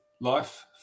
life